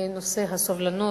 נושא הסובלנות,